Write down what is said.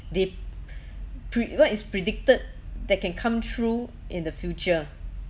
they pre~ what is predicted that can come through in the future